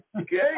Okay